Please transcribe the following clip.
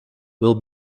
will